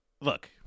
Look